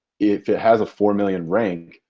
if it has a four million rank,